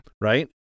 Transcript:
Right